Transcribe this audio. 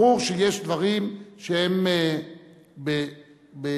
ברור שיש דברים שנעשים בשלבים,